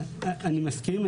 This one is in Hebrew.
אני מסכים,